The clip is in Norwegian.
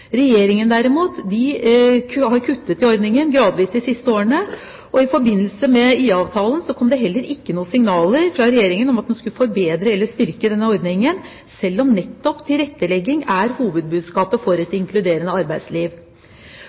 Regjeringen, derimot, har kuttet i ordningen – gradvis, de siste årene. Og i forbindelse med IA-avtalen kom det heller ingen signaler fra Regjeringen om at man skulle forbedre eller styrke denne ordningen, selv om nettopp tilrettelegging er hovedbudskapet for et inkluderende arbeidsliv.